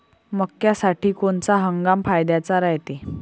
मक्क्यासाठी कोनचा हंगाम फायद्याचा रायते?